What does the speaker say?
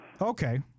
okay